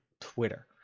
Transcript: Twitter